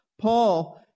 Paul